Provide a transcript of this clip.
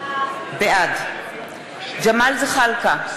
בעד ג'מאל זחאלקה,